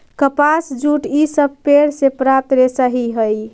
कपास, जूट इ सब पेड़ से प्राप्त रेशा ही हई